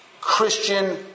Christian